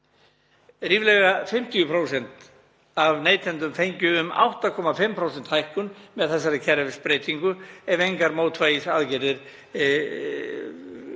Ríflega 50% af neytendum fengju um 8,5% hækkun með þessari kerfisbreytingu ef engar mótvægisaðgerðir færu